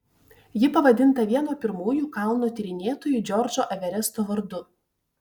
ji pavadinta vieno pirmųjų kalno tyrinėtojų džordžo everesto vardu